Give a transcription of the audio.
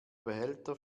behälter